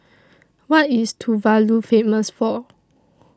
What IS Tuvalu Famous For